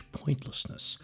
pointlessness